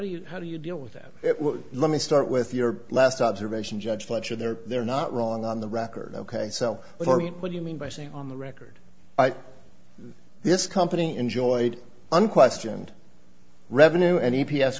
do you how do you deal with them let me start with your last observation judge fletcher there they're not wrong on the record ok so what do you mean by saying on the record this company enjoyed unquestioned revenue any p